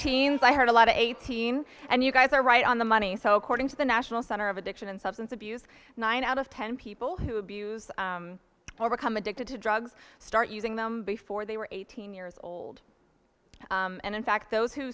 teams i heard a lot of eighteen and you guys are right on the money so according to the national center of addiction and substance abuse nine out of ten people who abuse or become addicted to drugs start using them before they were eighteen years old and in fact those who